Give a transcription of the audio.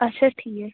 اچھا ٹھیٖک